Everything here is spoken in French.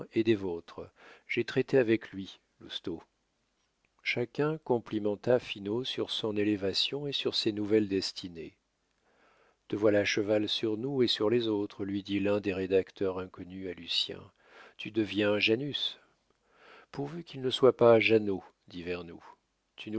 des vôtres j'ai traité avec lui lousteau chacun complimenta finot sur son élévation et sur ses nouvelles destinées te voilà à cheval sur nous et sur les autres lui dit l'un des rédacteurs inconnus à lucien tu deviens janus pourvu qu'il ne soit pas janot dit vernou tu